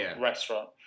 restaurant